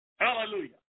Hallelujah